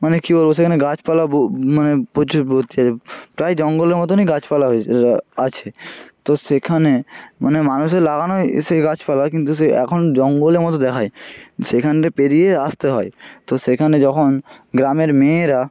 মানে কি বলবো সেখানে গাছপালা বো মানে প্রচুর ভর্তি আছে তাই জঙ্গলের মতনই গাছপালা হয়েছে রা আছে তো সেখানে মানে মানুষের লাগানোই এসে গাছপালা কিন্তু সে এখন জঙ্গলের মতো দেখায় সেখানটা পেরিয়ে আসতে হয় তো সেখানে যখন গ্রামের মেয়েরা